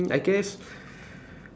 I guess